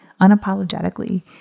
unapologetically